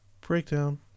Breakdown